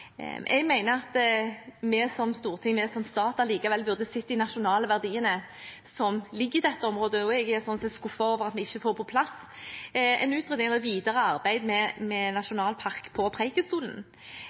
Jeg mener at vi som storting, vi som stat, allikevel burde sett de nasjonale verdiene som ligger i dette området, og jeg er sånn sett skuffet over at vi ikke får på plass en utredning om et videre arbeid med